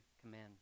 command